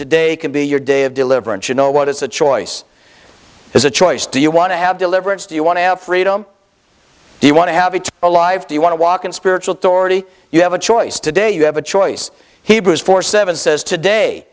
today could be your day of deliverance you know what it's a choice is a choice do you want to have deliverance do you want to have freedom do you want to have it alive do you want to walk in spiritual dorothy you have a choice today you have a choice hebrews four seven says today